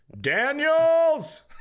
daniels